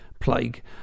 plague